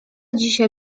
dzisiaj